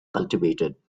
cultivated